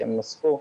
שהן נוספו.